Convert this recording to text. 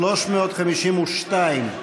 352,